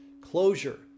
closure